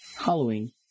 Halloween